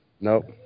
Nope